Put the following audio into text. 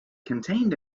contained